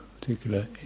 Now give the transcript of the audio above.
particular